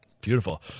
Beautiful